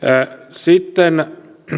sitten minä